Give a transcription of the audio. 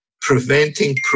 preventing